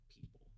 people